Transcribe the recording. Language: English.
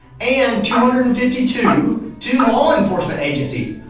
and two hundred and fifty two to law enforcement agencies.